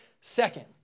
second